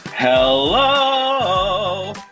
Hello